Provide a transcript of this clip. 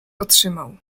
otrzymał